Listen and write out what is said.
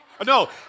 No